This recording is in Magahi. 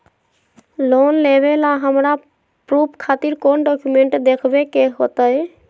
लोन लेबे ला हमरा प्रूफ खातिर कौन डॉक्यूमेंट देखबे के होतई?